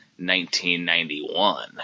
1991